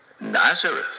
Nazareth